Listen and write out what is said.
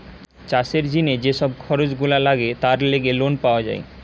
চাষের জিনে যে সব খরচ গুলা লাগে তার লেগে লোন পাওয়া যায়